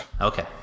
Okay